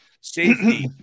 Safety